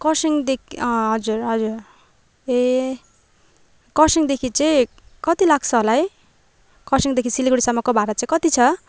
खरसाङदे हजुर हजुर ए खरसाङदेखि चाहिँ कति लाग्छ होला है खरसाङदेखि सिलगढीसम्मको भारा चाहिँ कति छ